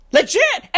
Legit